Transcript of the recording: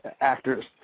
actors